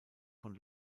von